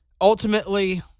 ultimately